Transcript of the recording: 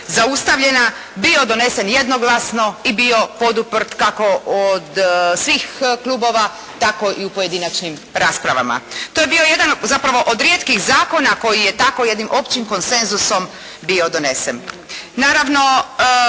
zaustavljena bio donesen jednoglasno i bio poduprt kako od svih klubova tako i u pojedinačnim raspravama. To je bio jedan zapravo od rijetkih zakona koji je tako jednim općim konsenzusom bio donesen.